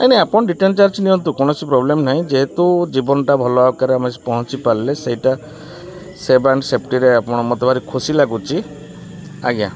ନାଇଁ ନାଇଁ ଆପଣ ରିଟର୍ନ ଚାର୍ଜ ନିଅନ୍ତୁ କୌଣସି ପ୍ରୋବ୍ଲେମ୍ ନାହିଁ ଯେହେତୁ ଜୀବନଟା ଭଲ ଆକାରରେ ଆମେ ସେ ପହଞ୍ଚି ପାରିଲେ ସେଇଟା ସେଭ୍ ଆଣ୍ଡ ସେଫ୍ଟିରେ ଆପଣ ମୋତେ ଭାରି ଖୁସି ଲାଗୁଛି ଆଜ୍ଞା